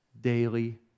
daily